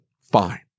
fine